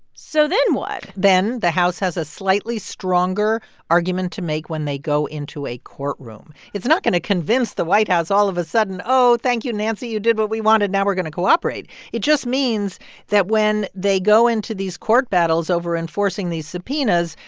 so then what? then the house has a slightly stronger argument to make when they go into a courtroom. it's not going to convince the white house all of a sudden, oh, thank you, nancy. you did what we wanted. now we're going to cooperate. it just means that when they go into these court battles over enforcing these subpoenas,